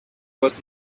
was